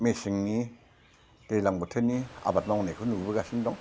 मेसेंनि दैज्लां बोथोरनि आबाद मावनायखौ नुबोगासिनो दं